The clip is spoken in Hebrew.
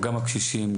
גם הקשישים,